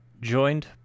joined